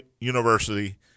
University